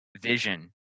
vision